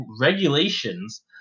regulations